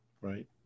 right